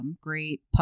great